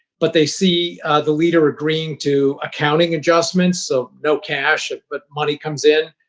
but they see the leader agreeing to accounting adjustments, so no cash but money comes in,